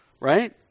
Right